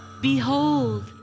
Behold